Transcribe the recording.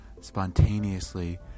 spontaneously